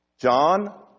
John